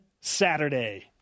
Saturday